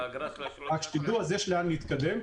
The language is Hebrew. אז רק שתדעו שיש לאן להתקדם.